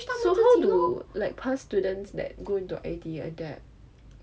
so how do like past students that go into I_T_E adapt